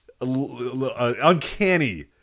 Uncanny